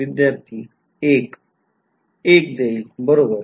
विध्यार्थी १ एक एक बरोबर